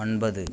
ஒன்பது